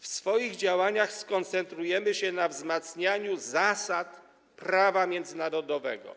W swoich działaniach skoncentrujemy się na wzmacnianiu zasad prawa międzynarodowego,